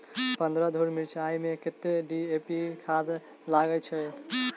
पन्द्रह धूर मिर्चाई मे कत्ते डी.ए.पी खाद लगय छै?